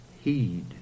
heed